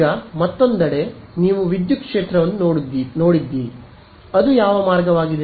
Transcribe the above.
ಈಗ ಮತ್ತೊಂದೆಡೆ ನೀವು ವಿದ್ಯುತ್ ಕ್ಷೇತ್ರವನ್ನು ನೋಡುತ್ತೀರಿ ಅದು ಯಾವ ಮಾರ್ಗವಾಗಿದೆ